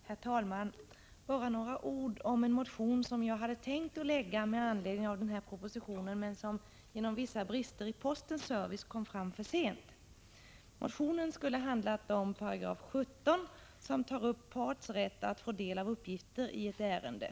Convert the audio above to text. Herr talman! Jag vill bara säga några ord om en motion som jag hade tänkt väcka med anledning av denna proposition men som genom vissa brister i postens service kom fram för sent. Motionen skulle ha handlat om 17 §, som tar upp parts rätt att få del av uppgifter i ett ärende.